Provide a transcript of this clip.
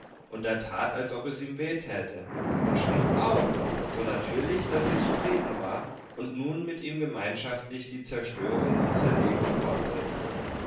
und er tat als ob es ihm weh täte und schrie au so natürlich daß sie zufrieden war und nun mit ihm gemeinschaftlich die zerstörung und zerlegung fortsetzte